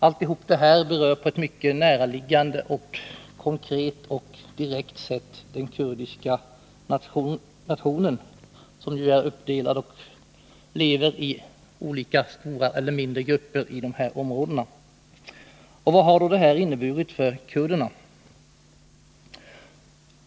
Allt detta berör på ett mycket näraliggande, konkret och direkt sätt den kurdiska nationen, som ju är uppdelad och lever i olika större eller mindre grupper i de här områdena. Vad har då detta inneburit för kurderna?